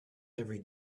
every